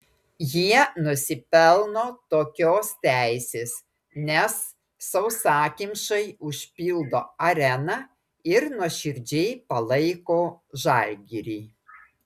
jie nusipelno tokios teisės nes sausakimšai užpildo areną ir nuoširdžiai palaiko žalgirį